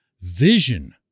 vision